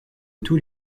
tous